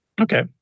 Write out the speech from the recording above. Okay